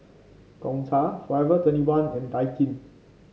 Gongcha Forever Twenty one and Daikin